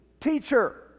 Teacher